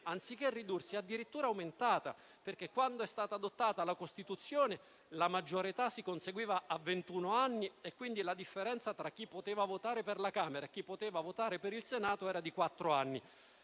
anziché ridursi, è addirittura aumentata, perché, quando è stata adottata la Costituzione, la maggiore età si conseguiva a ventun anni, quindi la differenza tra chi poteva votare per la Camera e chi per il Senato era di quattro anni;